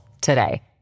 today